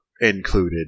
included